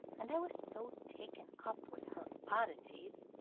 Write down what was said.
and i was so taken up with her oddities,